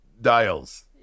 dials